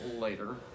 later